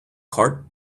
cart